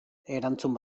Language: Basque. erantzun